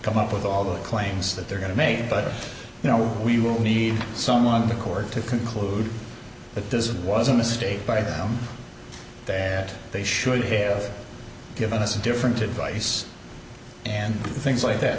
come up with all the claims that they're going to make but you know we will need someone in the court to conclude that this was a mistake by them that they should have given us a different advice and things like that